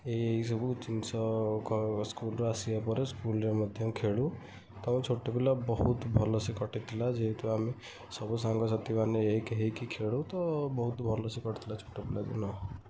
ଏଇ ଏଇ ସବୁ ଜିନିଷକ ସ୍କୁଲରୁ ଆସିବା ପରେ ସ୍କୁଲରେ ମଧ୍ୟ ଖେଳୁ ତେଣୁ ଛୋଟ ପିଲା ବହୁତ ଭଲ ସେ କଟିଥିଲା ଯେହେତୁ ଆମେ ସବୁ ସାଙ୍ଗସାଥି ମାନେ ଏକ ହେଇକି ଖେଳୁ ତ ବହୁତ ଭଲ ସେ କଟିଥିଲା ଛୋଟପିଲା ଦିନ